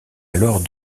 alors